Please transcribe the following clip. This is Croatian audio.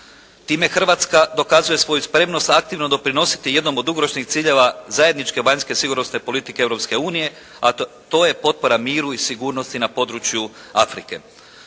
Time Hrvatska dokazuje svoju spremnost aktivno doprinositi jednom od dugoročnih ciljeva zajedničke vanjske sigurnosne politike Europske unije a to je potpora miru i sigurnosti na području Afrike.